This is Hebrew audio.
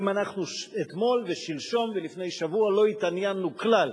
אם אנחנו אתמול ושלשום ולפני שבוע לא התעניינו כלל